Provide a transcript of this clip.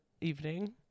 evening